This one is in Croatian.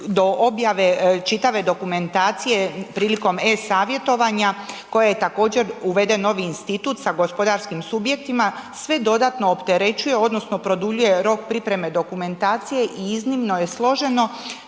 do objave čitave dokumentacije prilikom e-Savjetovanja koja je također uvedeni novi institut sa gospodarskim subjektima sve dodatno opterećuje odnosno produljuje rok pripreme dokumentacije i iznimno je složeno.